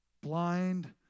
blind